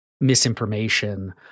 misinformation